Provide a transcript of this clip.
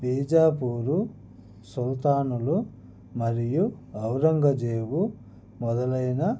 బీజాపూరు సుల్తానులు మరియు ఔరంగజేబు మొదలైన